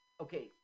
Okay